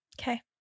Okay